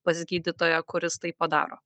pas gydytoją kuris tai padaro